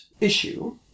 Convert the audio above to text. issue